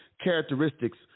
characteristics